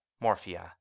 Morphia